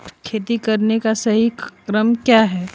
खेती करने का सही क्रम क्या है?